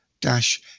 dash